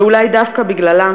ואולי דווקא בגללה,